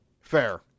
Fair